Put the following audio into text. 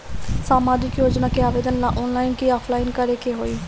सामाजिक योजना के आवेदन ला ऑनलाइन कि ऑफलाइन करे के होई?